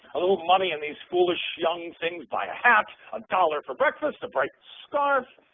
a little money and these foolish young things buy a hat, a dollar for breakfast, a bright scarf.